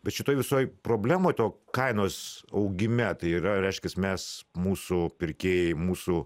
bet šitoj visoj problemoj to kainos augime tai yra reiškias mes mūsų pirkėjai mūsų